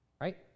Right